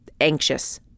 anxious